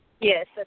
Yes